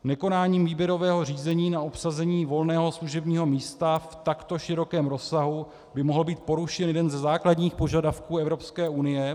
Nekonáním výběrového řízení na obsazení volného služebního místa v takto širokém rozsahu by mohl být porušen jeden ze základních požadavků Evropské unie.